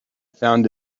found